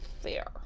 fair